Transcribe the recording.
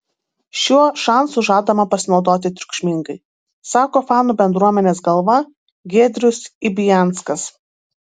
šiuo šansu žadama pasinaudoti triukšmingai sako fanų bendruomenės galva giedrius ibianskas